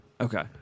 Okay